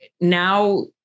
now